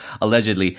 allegedly